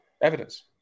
evidence